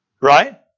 Right